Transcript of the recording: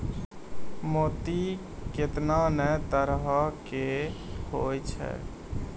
मोती केतना नै तरहो के होय छै